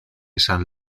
san